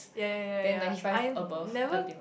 ya ya ya ya ya I never